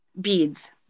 beads